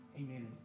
Amen